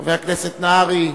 חבר הכנסת נהרי,